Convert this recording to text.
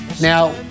Now